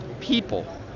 people